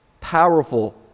powerful